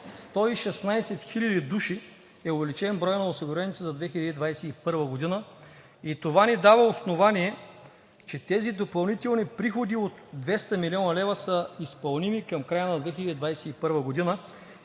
116 000 души е увеличен броят на осигурените за 2021 г. и това ни дава основание, че тези допълнителни приходи от 200 млн. лв. са изпълними към края на 2021 г.